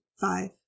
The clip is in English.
five